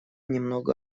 немного